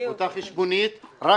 אותה חשבונית רק